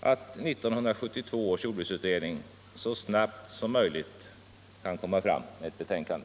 att 1972 års jordbruksutredning så snabbt som möjligt kan lägga fram ett betänkande.